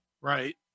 Right